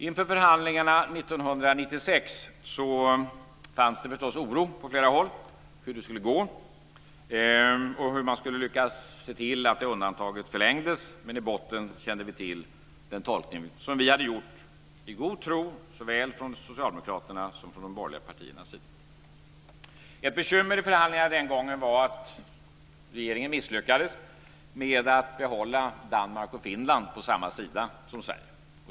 Inför förhandlingarna 1996 fanns det förstås oro på flera håll för hur det skulle gå och hur man skulle lyckas se till att undantaget förlängdes. Men i botten kände vi till den tolkning som vi hade gjort i god tro, såväl från socialdemokraternas som de borgerliga partiernas sida. Ett bekymmer i förhandlingarna den gången var att regeringen misslyckades med att behålla Danmark och Finland på samma sida som Sverige.